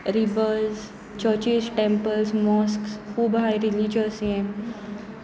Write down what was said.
reverse churches temples mosques खूब आसाय religious हें